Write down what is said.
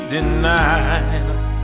Denied